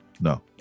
no